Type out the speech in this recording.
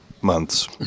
months